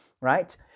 right